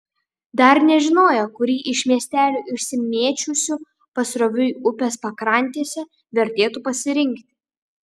dar nežinojo kurį iš miestelių išsimėčiusių pasroviui upės pakrantėse vertėtų pasirinkti